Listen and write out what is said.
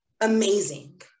amazing